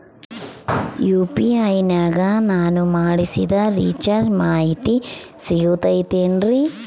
UPI ನಾಗ ನಾನು ಮಾಡಿಸಿದ ರಿಚಾರ್ಜ್ ಮಾಹಿತಿ ಸಿಗುತೈತೇನ್ರಿ?